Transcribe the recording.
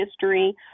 history